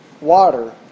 water